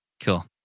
Cool